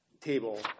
table